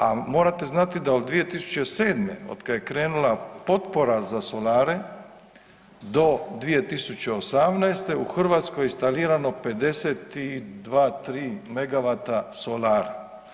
A morate znati da od 2007. otkad je krenula potpora za solare do 2018. u Hrvatskoj je instalirano 52, '3 megavata solara.